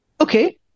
Okay